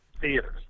theaters